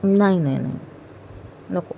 नाही नाही नाही नको